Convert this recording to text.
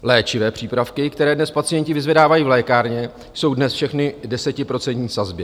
Léčivé přípravky, které dnes pacienti vyzvedávají v lékárně, jsou dnes všechny desetiprocentní sazbě.